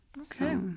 Okay